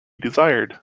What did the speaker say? desired